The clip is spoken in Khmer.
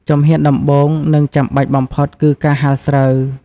ជំហានដំបូង និងចាំបាច់បំផុតគឺ ការហាលស្រូវ។